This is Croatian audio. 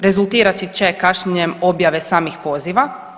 Rezultirati će kašnjenjem objave samih poziva.